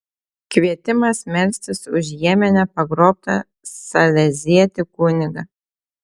kvietimas melstis už jemene pagrobtą salezietį kunigą